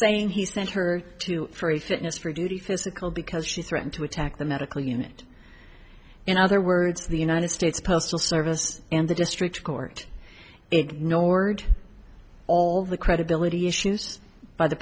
saying he sent her to for a fitness for duty physical because she threatened to attack the medical unit in other words the united states postal service and the district court ignored all the credibility issues by the